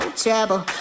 trouble